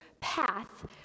path